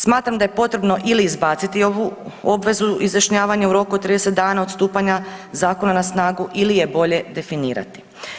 Smatram da je potrebno ili izbaciti ovu obvezu izjašnjavanja u roku od 30 dana od stupanja zakona na snagu ili je bolje definirati.